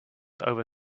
over